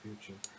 future